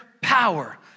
power